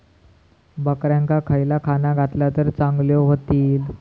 बकऱ्यांका खयला खाणा घातला तर चांगल्यो व्हतील?